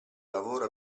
lavoro